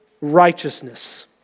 righteousness